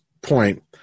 point